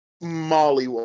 Molly